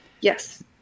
Yes